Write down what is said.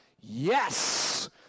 yes